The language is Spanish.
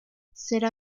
será